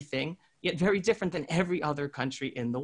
אני רוצה לתת ליהודים האלה סיבות להיות יהודים גאים,